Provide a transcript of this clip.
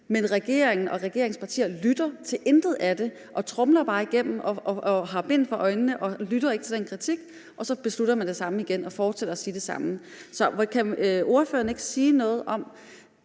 men regeringen og regeringspartierne lytter til intet af det og tromler det bare igennem og har bind for øjnene og lytter ikke til den kritik, og så beslutter man det samme igen og fortsætter med at sige det samme. Så kan ordføreren ikke sige noget om,